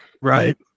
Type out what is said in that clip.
Right